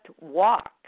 walk